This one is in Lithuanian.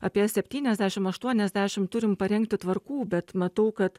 apie septyniasdešimt aštuoniasdešimt turim parengti tvarkų bet matau kad